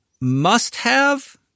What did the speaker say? must-have